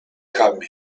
come